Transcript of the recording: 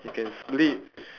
he can sleep